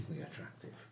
attractive